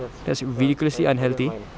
that's ridiculously unhealthy